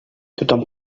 tothom